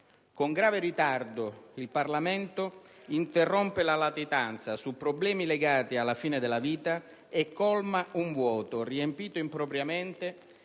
Con grave ritardo, il Parlamento interrompe la latitanza sui problemi legati alla fine della vita e colma un vuoto riempito impropriamente